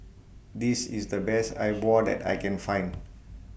This IS The Best E Bua that I Can Find